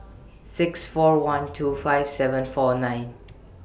six four one two five seven four nine